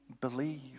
believe